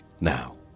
Now